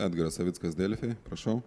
edgaras savickas delfi prašau